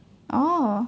oh